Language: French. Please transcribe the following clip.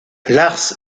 lars